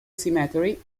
cemetery